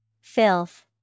Filth